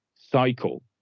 cycle